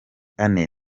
ane